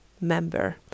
member